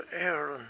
Aaron